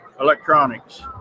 Electronics